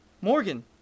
Morgan